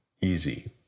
easy